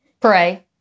Pray